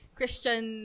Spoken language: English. Christian